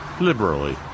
liberally